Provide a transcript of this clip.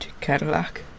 Cadillac